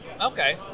Okay